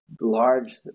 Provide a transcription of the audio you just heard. Large